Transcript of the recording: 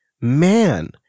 man